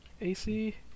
A-C